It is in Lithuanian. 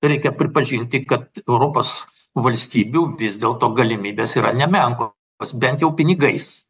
reikia pripažinti kad europos valstybių vis dėlto galimybės yra nemenkos bent jau pinigais